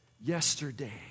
Yesterday